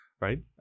Right